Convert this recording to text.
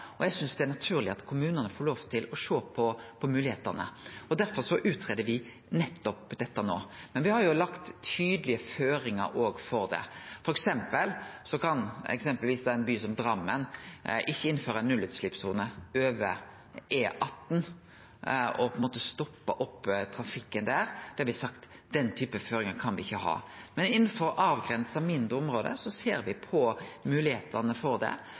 og eg synest det er naturleg at kommunane får lov til å sjå på moglegheitene. Derfor greier me ut dette nå. Men me har òg lagt tydelege føringar for det. Eksempelvis kan ein by som Drammen ikkje innføre ei nullutsleppssone over E18 og stoppe trafikken der. Me har sagt at den typen føringar kan me ikkje ha. Men innanfor avgrensa, mindre område ser me på moglegheitene for det.